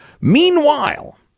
Meanwhile